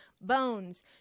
bones